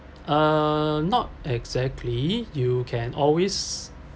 err not exactly you can always